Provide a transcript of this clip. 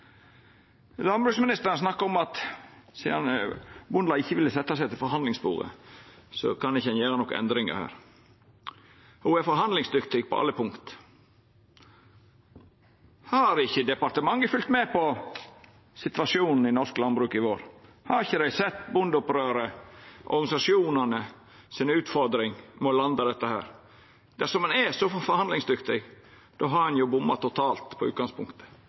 Landbruksministeren snakka om at sidan Bondelaget ikkje ville setja seg til forhandlingsbordet, kan ein ikkje gjera nokon endringar her. Ho er forhandlingsdyktig på alle punkt. Har ikkje departementet fylgt med på situasjonen i norsk landbruk i vår? Har dei ikkje sett bondeopprøret og organisasjonane si utfordring med å landa dette? Dersom ein er så forhandlingsdyktig, har ein jo bomma totalt på utgangspunktet.